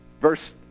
Verse